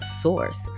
source